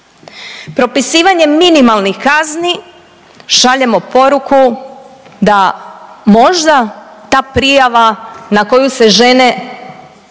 Propisivanjem minimalnih kazni šaljemo poruku da možda ta prijava na koju se žene